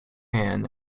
hand